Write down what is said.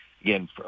again